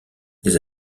les